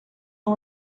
uma